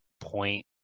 point